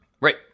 Right